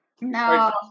no